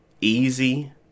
easy